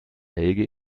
helge